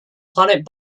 planet